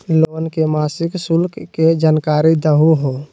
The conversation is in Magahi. लोन के मासिक शुल्क के जानकारी दहु हो?